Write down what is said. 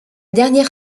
dernière